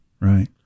Right